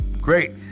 great